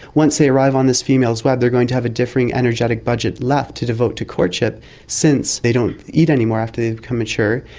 once they arrive on this female's web they're going to have a different energetic budget left to devote to courtship since they don't eat anymore after they've become mature.